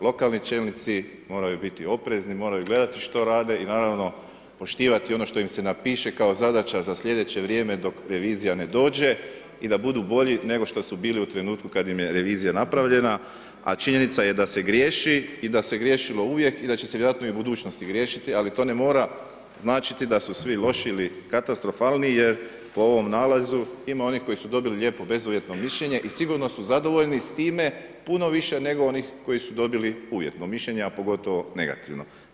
Lokalni čelnici moraju biti oprezni, moraju gledati što rade i naravno, poštivati ono što im se napiše kao zadaća za slijedeće vrijeme dok revizija ne dođe i da budu bolji nego što su bili u trenutku kad im je revizija napravljena, a činjenica je da se griješi i da se griješilo uvijek i da će se vjerojatno i u budućnosti griješiti, ali to ne mora značiti da su svi loši ili katastrofalni jer po ovom nalazu ima onih koji su dobili lijepo bezuvjetno mišljenje i sigurno su zadovoljni s time puno više nego oni koji su dobili uvjetno mišljenje, a pogotovo negativno.